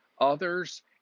others